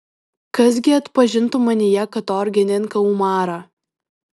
kas gi atpažintų manyje katorgininką umarą